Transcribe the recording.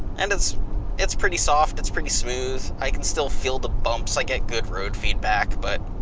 and it's it's pretty soft, it's pretty smooth, i can still feel the bumps, i get good road feedback but,